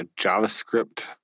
JavaScript